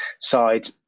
side